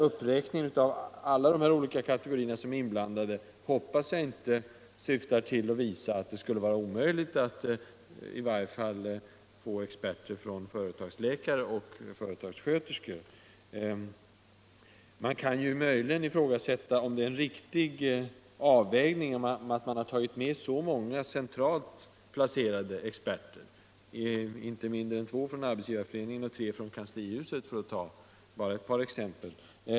Uppräkningen av alla de olika kategorier som är inblandade i företagshälsovården hoppas jag inte syftar till att visa att det skulle vara omöjligt att få med experter i varje fall från företagsläkare och företagssköterskor. Man kan ifrågasätta om det är en riktig avvägning att ta med så många centralt placerade experter, inte mindre än två från Arbetsgivareföreningen och tre från kanslihuset, för att ta bara ett par exempel.